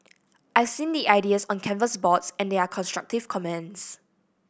I seen the ideas on the canvas boards and there are constructive comments